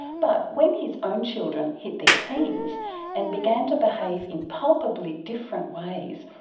but when his own children hit their teens and began to behave in palpably different ways,